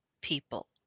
people